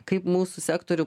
kaip mūsų sektorių